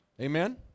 Amen